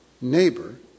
neighbor